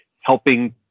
helping